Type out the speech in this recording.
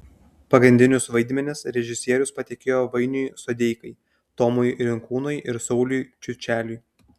pagrindinius vaidmenis režisierius patikėjo vainiui sodeikai tomui rinkūnui ir sauliui čiučeliui